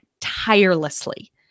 tirelessly